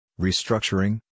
restructuring